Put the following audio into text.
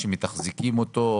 שמתחזקים אותו,